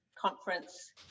conference